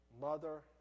mother